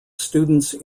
students